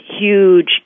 huge